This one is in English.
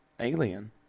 alien